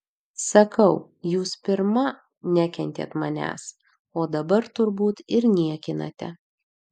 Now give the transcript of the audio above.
sakau jūs pirma nekentėt manęs o dabar turbūt ir niekinate